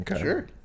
Sure